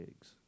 eggs